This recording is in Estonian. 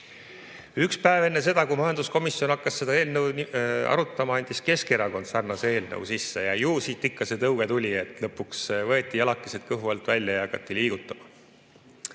Üks päev enne seda, kui majanduskomisjon hakkas seda eelnõu arutama, andis Keskerakond sarnase eelnõu sisse. Ju siit see tõuge tuli, et lõpuks võeti jalakesed kõhu alt välja ja hakati liigutama.